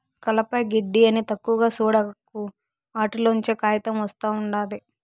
కలప, గెడ్డి అని తక్కువగా సూడకు, ఆటిల్లోంచే కాయితం ఒస్తా ఉండాది